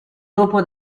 dopo